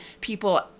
people